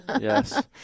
Yes